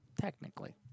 Technically